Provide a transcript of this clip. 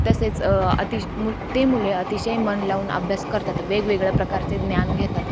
तसेच अतिश मु ते मुले अतिशय मन लावून अभ्यास करतात वेगवेगळ्या प्रकारचे ज्ञान घेतात